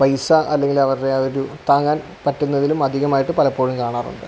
പൈസ അല്ലെങ്കിൽ അവരുടെ ആ ഒരു താങ്ങാൻ പറ്റുന്നതിലും അധികമായിട്ട് പലപ്പോഴും കാണാറുണ്ട്